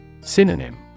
Synonym